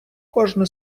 кожне